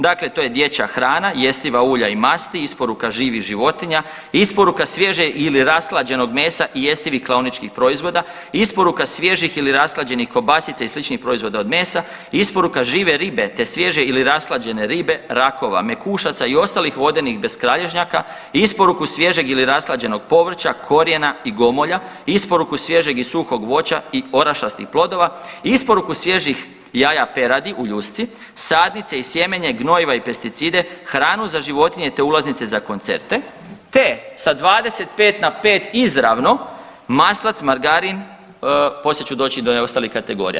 Dakle, to je dječja hrana, jestiva ulja i masti, isporuka živih životinja, isporuka svježe ili rashlađenog mesa i jestivih klaoničkih proizvoda, isporuka svježih ili rashlađenih kobasica i sličnih proizvoda od mesa, isporuka žive ribe te svježe ili rashlađene ribe, rakova, mekušaca i ostalih vodenih beskralježnjaka, isporuku svježeg ili rashlađenog povrća, korijena i gomolja, isporuku svježeg i suhog voća i orašastih plodova, isporuku svježih jaja peradi u ljusci, sadnice i sjemenje, gnojiva i pesticide, hranu za životinje te ulaznice za koncerte te sa 25, na 5 izravno maslac, margarin, poslije ću doći do ostalih kategorija.